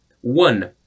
One